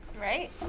right